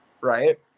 right